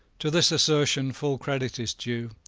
to this assertion full credit is due.